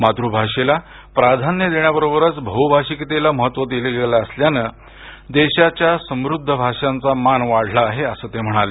मातृभाषेला प्राधान्य देण्याबरोबरच बहुभाषिकतेलाही महत्व दिलं गेलं असल्यानं देशाच्या समृद्ध भाषांचा मान वाढला आहे असं ते म्हणाले